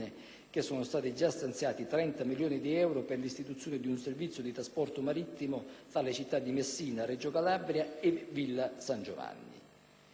che sono già stati stanziati 30 milioni di euro per l'istituzione di un servizio di trasporto marittimo veloce tra le città di Messina, Reggio Calabria e Villa San Giovanni.